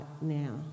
now